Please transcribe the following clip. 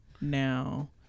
now